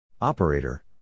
Operator